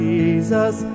Jesus